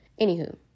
Anywho